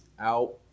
out